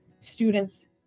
students